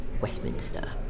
Westminster